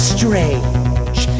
Strange